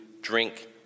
drink